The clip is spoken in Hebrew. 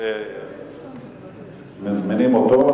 מזמינים אותו.